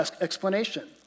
explanation